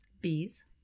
bees